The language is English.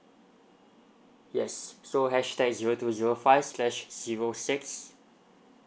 yes so hashtag zero two zero five slash zero six